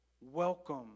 Welcome